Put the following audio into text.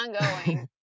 ongoing